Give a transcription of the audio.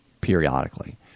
periodically